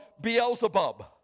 Beelzebub